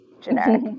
generic